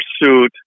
pursuit